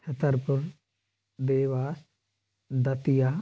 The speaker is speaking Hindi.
छतरपुर देवा दतिया